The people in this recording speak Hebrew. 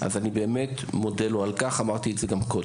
אז אני באמת מודה לו על כך, גם אמרתי את זה קודם.